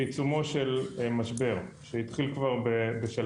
בשלהי השנה הקודמת ורק הולך ומתחזק,